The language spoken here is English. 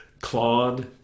Claude